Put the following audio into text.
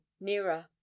nearer